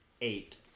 eight